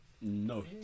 No